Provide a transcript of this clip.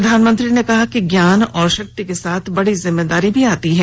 प्रधानमंत्री ने कहा कि ज्ञान और शक्ति के साथ बड़ी जिम्मेदारी भी आती है